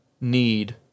need –